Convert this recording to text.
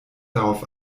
darauf